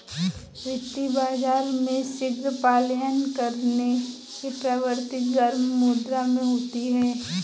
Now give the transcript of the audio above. वित्तीय बाजार में शीघ्र पलायन करने की प्रवृत्ति गर्म मुद्रा में होती है